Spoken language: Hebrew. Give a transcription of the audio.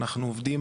ואנחנו עובדים